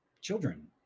children